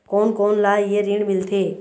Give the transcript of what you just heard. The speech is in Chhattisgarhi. कोन कोन ला ये ऋण मिलथे?